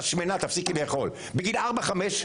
את שמנה, תפסיקי לאכול, בגיל ארבע-חמש.